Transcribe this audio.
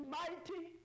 mighty